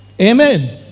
Amen